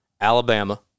Alabama